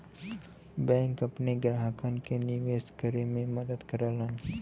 bank अपने ग्राहकन के निवेश करे में मदद करलन